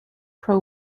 pro